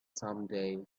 someday